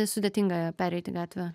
sudėtinga pereiti gatvę